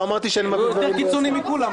לא אמרתי --- הוא יותר קיצוני מכולם.